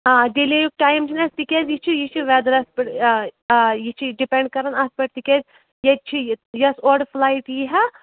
آ ڈِلییُک ٹایِم چھُنہٕ اسہِ تِکیٛازِ یہِ چھُ یہِ چھُ ویٚدرَس پیٚٹھ آ آ یہِ چھُ ڈِپیٚنٛڈ کَران اَتھ پیٚٹھ تِکیٛاز ییٚتہِ چھِ یۄس اوورٕ فٕلایِٹ یِیہِ ہا تہٕ